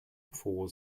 for